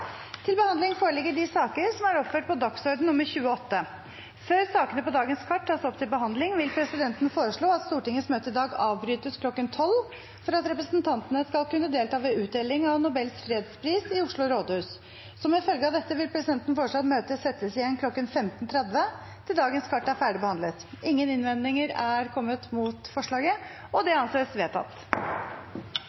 til behandling, vil presidenten foreslå at Stortingets møte i dag avbrytes kl. 12 for at representantene skal kunne delta ved utdelingen av Nobels fredspris i Oslo rådhus. Som en følge av dette vil presidenten foreslå at møtet settes igjen kl. 15.30 til dagens kart er ferdigbehandlet. – Ingen innvendinger er kommet mot forslaget, og det